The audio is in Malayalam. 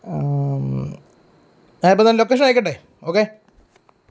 ഞാനിപ്പോൾ തന്നെ ലൊക്കേഷനയക്കട്ടെ ഓക്കേ